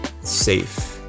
safe